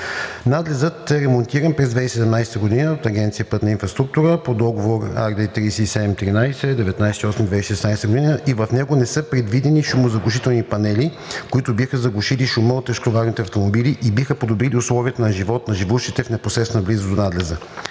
Надлезът е ремонтиран през 2017 г. от Агенция „Пътна инфраструктура“ по Договор № РД-37-13 от 19 август 2016 г. и в него не са предвидени шумозаглушителни панели, които биха заглушили шума от тежкотоварните автомобили и биха подобрили условията на живот на живущите в непосредствена близост до надлеза.